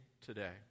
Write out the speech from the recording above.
today